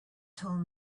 told